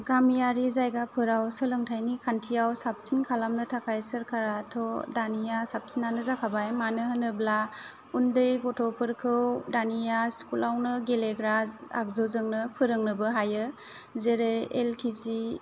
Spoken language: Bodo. गामियारि जायगाफोराव सोलोंथायनि खान्थिआव साबसिन खालामनो थाखाय सोरखारा थ' दानिया साबसिनानो जाखाबाय मानो होनोब्ला उन्दै गथ'फोरखौ दानिया स्कुलावनो गेलेग्रा आगजुजोंनो फोरोंनोबो हायो जेरै एल के जि